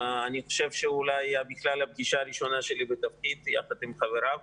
אני חושב שאולי הפגישה הראשונה שלי בתפקיד תהיה עם חבריו